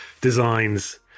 designs